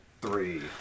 Three